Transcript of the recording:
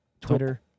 Twitter